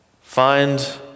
Find